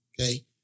Okay